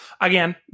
Again